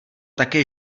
také